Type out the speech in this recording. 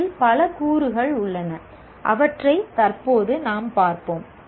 இதில் பல கூறுகள் உள்ளன அவற்றை தற்போது நாம் பார்ப்போம்